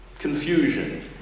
Confusion